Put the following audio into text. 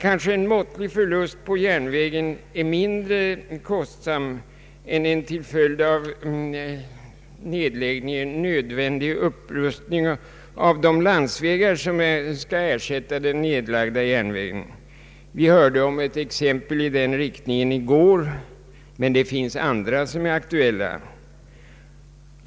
Kanske en måttlig förlust på järnvägen är mindre kostsam än en till följd av nedläggningen nödvändig upprustning av de landsvägar som skall ersätta den nedlagda järnvägen. Vi hörde ett exempel i den riktningen i går, men det finns andra som är aktuella.